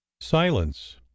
Silence